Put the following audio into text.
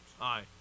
Aye